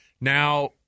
Now